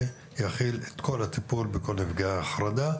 שיכיל את כל הטיפול בכל נפגעי החרדה.